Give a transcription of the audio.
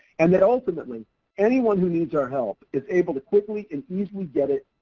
and that ultimately anyone who needs our help is able to quickly and easily get it,